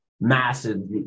massive